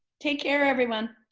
take care everyone.